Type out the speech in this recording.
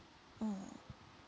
mm